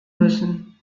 müssen